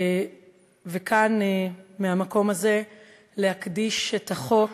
וכאן מהמקום הזה להקדיש את החוק